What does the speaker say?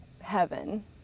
heaven